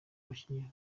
abakinnyi